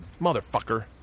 motherfucker